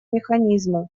механизма